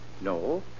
No